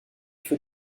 feux